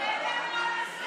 חבר הכנסת